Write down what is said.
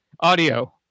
audio